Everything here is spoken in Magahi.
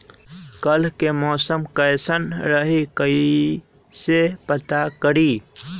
कल के मौसम कैसन रही कई से पता करी?